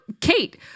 Kate